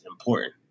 important